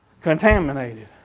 contaminated